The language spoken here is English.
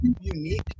unique